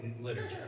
literature